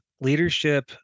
leadership